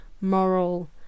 moral